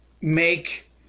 make